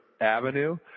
avenue